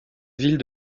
ville